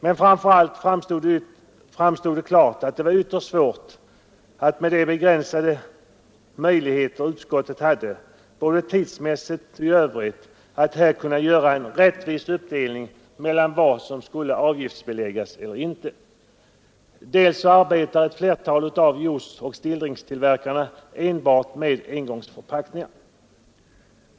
Men framför allt framstod det klart att det var ytterst svårt, med de begränsade möjligheter utskottet hade både tidsmässigt och i övrigt, att här kunna göra en rättvis uppdelning mellan vad som skulle avgiftsbeläggas och inte. Vidare arbetar ett flertal av juiceoch stilldrinkstillverkarna enbart med engångsförpackningar.